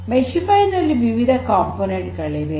Meshify ನಲ್ಲಿ ವಿವಿಧ ಉಪಕರಣಗಳಿವೆ